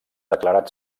declarat